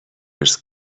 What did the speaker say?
ارث